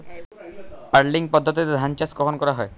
Puddling পদ্ধতিতে ধান চাষ কখন করা হয়?